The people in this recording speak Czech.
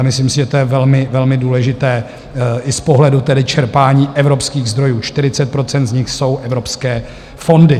Myslím si, že to je velmi, velmi důležité i z pohledu čerpání evropských zdrojů, 40 % z nich jsou evropské fondy.